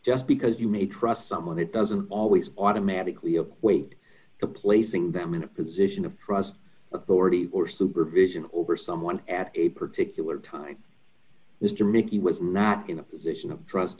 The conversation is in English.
just because you may trust someone it doesn't always automatically equate to placing them in a position of trust authority or supervision over someone at a particular time mr mickey was not in a position of trust